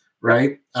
right